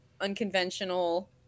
unconventional